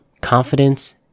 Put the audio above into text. Confidence